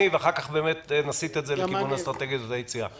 ואחר כך נסיט את הדיון לכיוון אסטרטגיית היציאה.